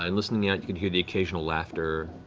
um listening out, you can hear the occasional laughter,